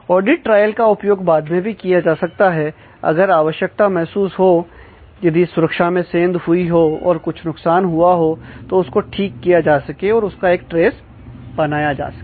audit trail का उपयोग बाद में भी किया जा सकता है अगर आवश्यकता महसूस हो यदि सुरक्षा में सेंध हुई हो और कुछ नुकसान हुआ हो तो उसको ठीक किया जा सके और उसका एक ट्रेस बनाया जा सके